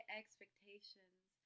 expectations